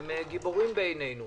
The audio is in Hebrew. הם גיבורים בעינינו.